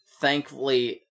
thankfully